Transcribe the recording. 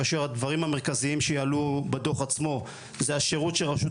כאשר הדברים המרכזיים שיעלו בדו"ח עצמו זה השירות שרשות